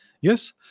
Yes